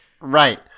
right